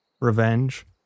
revenge